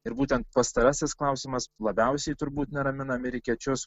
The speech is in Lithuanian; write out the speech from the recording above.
ir būtent pastarasis klausimas labiausiai turbūt neramina amerikiečius